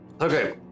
Okay